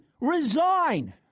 Resign